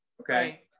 okay